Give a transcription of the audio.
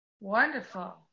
Wonderful